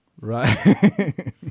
Right